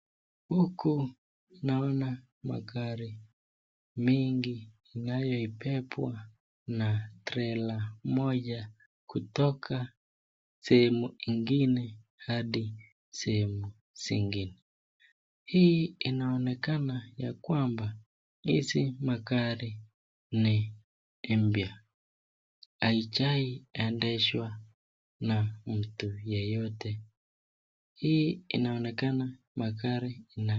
Huku naona magari mingi inayo ipepwa na trela moja kutoka sehemu ingine hadi sehemu nyingine. Hii inaonekana ya kwamba hizi magari ni mpya haijawai endeshwa na mtu yeyote. Hii inaonekana magari na